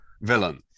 villain